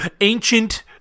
ancient